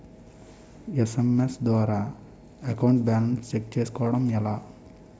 SMS ద్వారా account balance check చేసుకోవటం ఎలా?